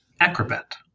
acrobat